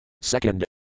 Second